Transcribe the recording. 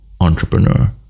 entrepreneur